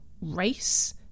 race